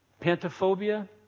Pantophobia